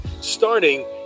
starting